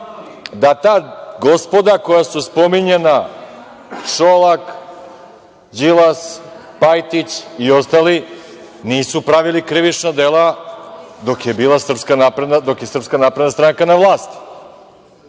da ta gospoda koja su spominjana, Šolak, Đilas, Pajtić i ostali nisu pravili krivična dela dok je SNS na vlasti i da su